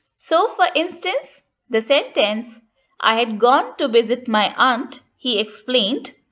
so, for instance, the sentence i had gone to visit my aunt, he explained.